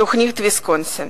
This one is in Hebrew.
תוכנית ויסקונסין.